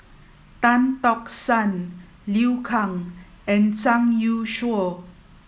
Tan Tock San Liu Kang and Zhang Youshuo